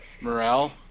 morale